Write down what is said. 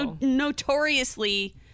notoriously